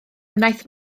wnaeth